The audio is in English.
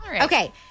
Okay